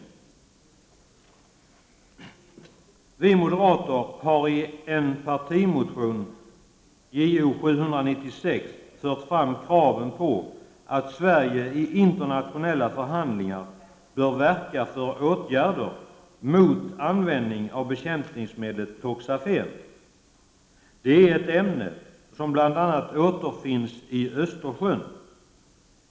Vi moderater har i partimotion Jo796 fört fram kraven på att Sverige i internationella förhandlingar bör verka för åtgärder mot användning av bekämpningsmedlet toxafen. Det är ett ämne som bl.a. återfinns i Östersjön.